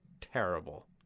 terrible